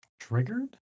Triggered